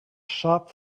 shop